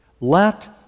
let